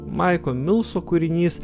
maiko milso kūrinys